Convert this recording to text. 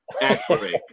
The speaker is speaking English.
Activate